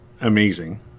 amazing